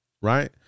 Right